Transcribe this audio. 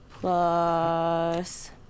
plus